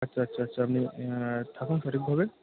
আচ্ছা আচ্ছা আচ্ছা আপনি থাকুন সঠিকভাবে